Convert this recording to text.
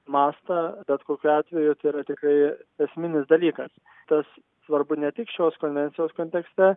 mastą bet kokiu atveju tai yra tikrai esminis dalykas tas svarbu ne tik šios konvencijos kontekste